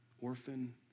orphan